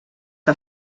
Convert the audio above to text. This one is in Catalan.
que